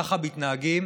ככה מתנהגים